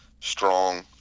strong